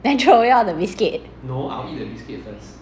then throw away all the biscuit